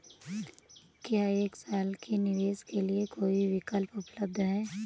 क्या एक साल के निवेश के लिए कोई विकल्प उपलब्ध है?